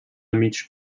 mig